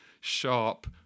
sharp